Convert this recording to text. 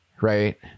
right